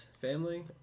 family